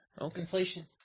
inflation